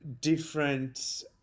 different